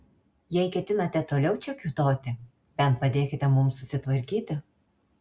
jei ketinate toliau čia kiūtoti bent padėkite mums susitvarkyti